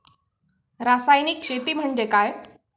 रासायनिक शेती म्हणजे काय?